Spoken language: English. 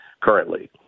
currently